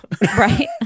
Right